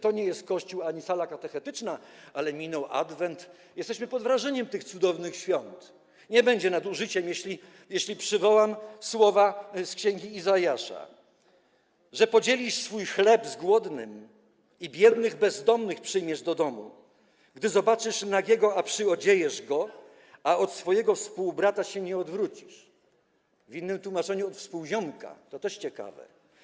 To nie jest kościół ani sala katechetyczna, ale minął adwent, jesteśmy pod wrażeniem tych cudownych świąt, więc nie będzie nadużyciem, jeśli przywołam słowa z Księgi Izajasza: „Że podzielisz twój chleb z głodnym i biednych bezdomnych przyjmiesz do domu, gdy zobaczysz nagiego, przyodziejesz go, a od swojego współbrata się nie odwrócisz (w innym tłumaczeniu: współziomka, to też ciekawe)